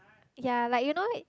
ya like you know